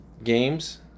games